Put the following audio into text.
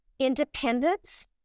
Independence